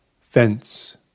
Fence